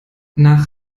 nach